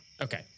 Okay